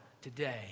today